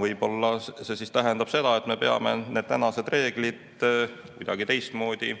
Võib-olla see tähendab seda, et me peame need reeglid kuidagi üle